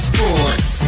Sports